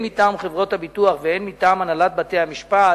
הן מטעם חברות הביטוח והן מטעם הנהלת בתי-המשפט,